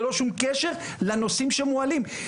ללא שום קשר לנושאים שמועלים,